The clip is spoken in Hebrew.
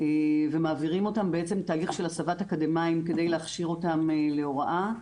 ומעבירים אותם תהליך של הסבת אקדמאים כדי להכשיר אותם להוראה.